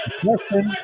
question